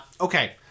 Okay